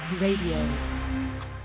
Radio